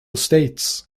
states